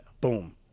Boom